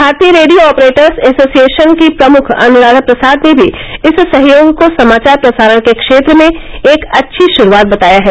भारतीय radio operators association की प्रमुख अनुराधा प्रसाद ने भी इस सहयोग को समाचार प्रसारण के क्षेत्र में एक अच्छी शुरूआत बताया है